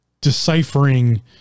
deciphering